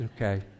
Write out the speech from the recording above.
Okay